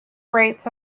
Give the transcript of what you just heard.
rates